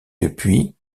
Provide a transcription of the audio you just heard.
depuis